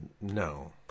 No